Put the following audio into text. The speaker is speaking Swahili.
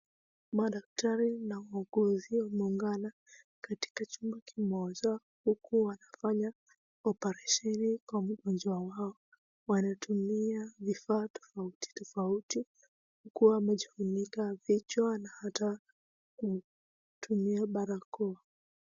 Madaktari na wauguzi wameungana katika chumba kimoja huku wanafanya operesheni kwa mgonjwa wao. Wanatumia vifaa tofautitofauti, huku wamejifunika vichwa na hata kutumia barakoa.